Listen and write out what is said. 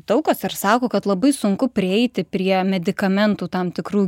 daug kas ir sako kad labai sunku prieiti prie medikamentų tam tikrų